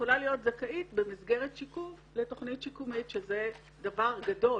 יכולה להיות זכאית במסגרת שיקום לתכנית שיקומית שזה דבר גדול,